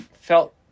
felt